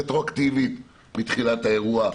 פתרון רטרואקטיבי מתחילת האירוע,